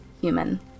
human